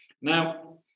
Now